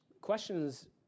Questions